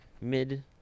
mid